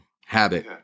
Habit